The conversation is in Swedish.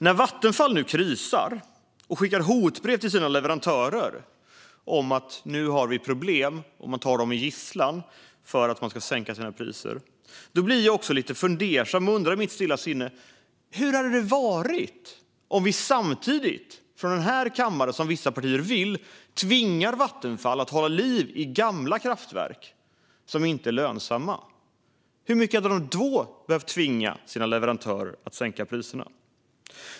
När Vattenfall nu krisar och skickar hotbrev om sina problem till sina leverantörer och tar dem som gisslan för att de ska sänka sina priser blir jag lite fundersam och undrar i mitt stilla sinne hur det hade varit om vi samtidigt från denna kammare, som vissa partier vill, tvingat Vattenfall att hålla liv i gamla kraftverk som inte är lönsamma. Hur mycket hade de då behövt tvinga sina leverantörer att sänka priserna?